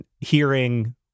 hearing